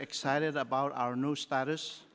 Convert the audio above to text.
excited about our new status